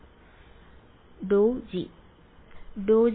വിദ്യാർത്ഥി ഡൌ ജി